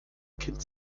kind